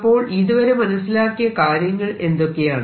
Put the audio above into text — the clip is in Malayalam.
അപ്പോൾ ഇതുവരെ മനസിലാക്കിയ കാര്യങ്ങൾ എന്തൊക്കെയാണ്